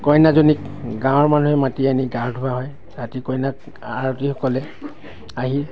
কইনাজনীক গাঁৱৰ মানুহে মাতি আনি গা ধুওৱা হয় ৰাতি কইনাক আয়তীসকলে আহি